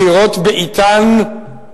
בחירות בעתן,